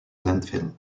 landfill